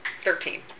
Thirteen